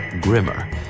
grimmer